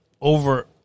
over